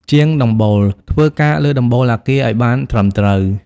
ជាងដំបូលធ្វើការលើដំបូលអគារឱ្យបានត្រឹមត្រូវ។